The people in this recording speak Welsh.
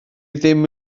ddim